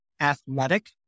athletic